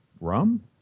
rum